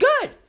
good